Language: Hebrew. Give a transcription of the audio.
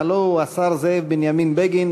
הלוא הוא השר זאב בנימין בגין.